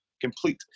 Complete